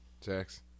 Jax